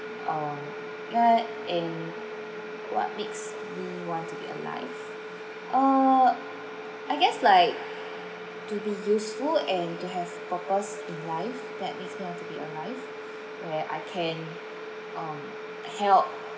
uh ya and what makes me want to be alive err I guess like to be useful and to have purpose in life that makes me want to be alive where I can um help